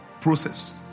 Process